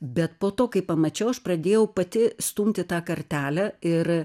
bet po to kai pamačiau aš pradėjau pati stumti tą kartelę ir